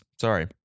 sorry